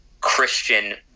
Christian